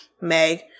Meg